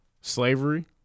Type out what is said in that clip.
slavery